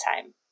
time